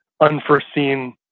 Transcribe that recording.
unforeseen